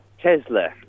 Tesla